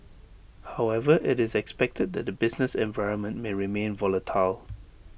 however IT is expected that the business environment may remain volatile